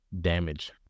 damage